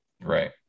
Right